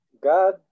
God